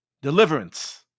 deliverance